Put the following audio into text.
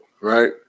right